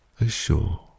ashore